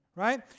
Right